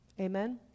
Amen